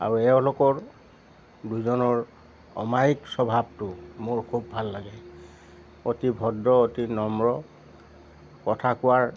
আৰু এওঁলোকৰ দুজনৰ অমায়িক স্বভাৱটো মোৰ খুব ভাল লাগে অতি ভদ্ৰ অতি নম্ৰ কথা কোৱাৰ